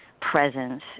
presence